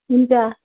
हुन्छ